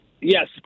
Yes